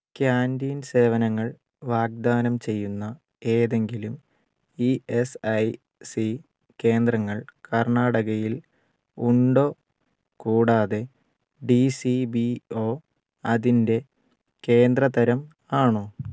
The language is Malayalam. ക്യാൻറ്റീൻ സേവനങ്ങൾ വാഗ്ദാനം ചെയ്യുന്ന ഏതെങ്കിലും ഇ എസ് ഐ സി കേന്ദ്രങ്ങൾ കർണാടകയിൽ ഉണ്ടോ കൂടാതെ ഡി സി ബി ഒ അതിൻ്റെ കേന്ദ്ര തരം ആണോ